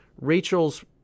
Rachel's